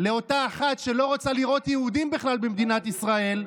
לאותה אחת שלא רוצה לראות יהודים בכלל במדינת ישראל,